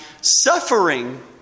suffering